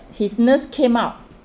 his nurse came out